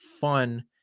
fun